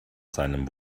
seinem